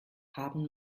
haben